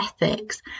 ethics